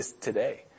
today